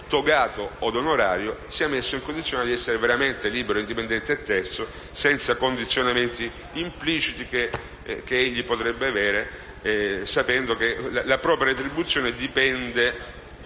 togato od onorario, è nella condizione di essere veramente libero, indipendente e terzo, senza i condizionamenti impliciti che potrebbe avere sapendo che la propria retribuzione dipende